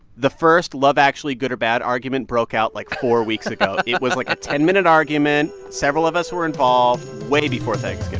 the first love actually good or bad argument broke out, like, four weeks ago it was, like, a ten minute argument. several of us were involved way before thanksgiving